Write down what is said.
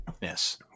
Yes